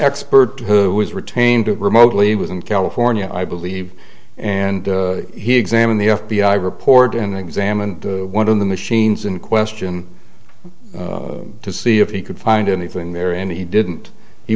expert who was retained to remotely was in california i believe and he examined the f b i report and examined one of the machines in question to see if he could find anything there and he didn't he